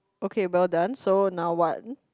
okay well done so now want